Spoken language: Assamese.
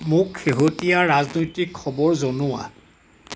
মোক শেহতীয়া ৰাজনৈতিক খবৰ জনোৱা